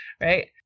Right